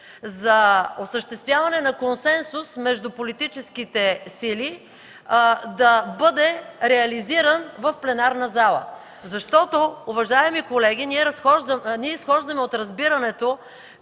за осъществяване на консенсус между политическите сили да бъде реализиран в пленарната зала. Защото, уважаеми колеги, ние изхождаме от разбирането,